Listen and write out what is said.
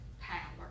power